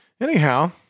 Anyhow